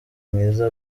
mwiza